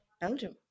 Belgium